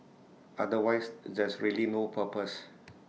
otherwise there's really no purpose